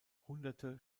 hunderte